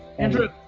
andrew.